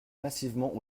massivement